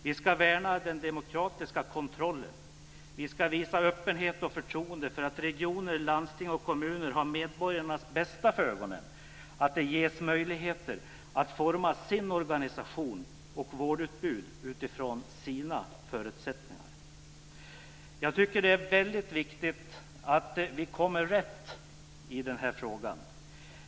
Vi ska värna den demokratiska kontrollen och visa öppenhet och förtroende för att regioner, landsting och kommuner har medborgarnas bästa för ögonen och ge dem möjligheter att forma sin organisation och sitt vårdutbud utifrån sina förutsättningar. Jag tycker att det är väldigt viktigt att vi hamnar rätt i den här frågan.